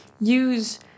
use